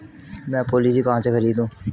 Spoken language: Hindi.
मैं पॉलिसी कहाँ से खरीदूं?